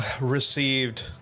received